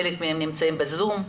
חלק מהם נמצאים בזום.